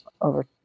over